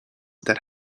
that